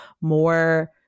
more